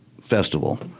Festival